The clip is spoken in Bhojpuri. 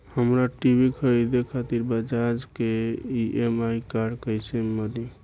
हमरा टी.वी खरीदे खातिर बज़ाज़ के ई.एम.आई कार्ड कईसे बनी?